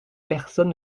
personne